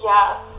Yes